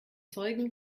zeugen